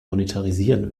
monetarisieren